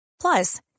Plus